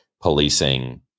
policing